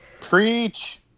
Preach